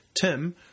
Tim